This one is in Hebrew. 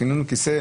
שמים לנו כיסא,